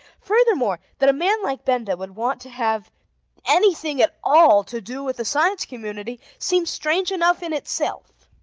furthermore, that a man like benda would want to have anything at all to do with the science community seemed strange enough in itself.